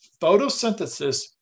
photosynthesis